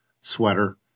sweater